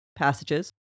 passages